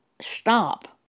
stop